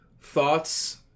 thoughts